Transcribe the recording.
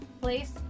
place